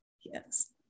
Yes